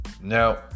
Now